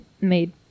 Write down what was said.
made